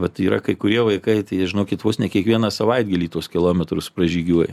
bet yra kai kurie vaikai tai žinokit vos ne kiekvieną savaitgalį tuos kilometrus pražygiuoja